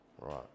right